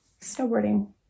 snowboarding